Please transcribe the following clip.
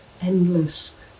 endless